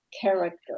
character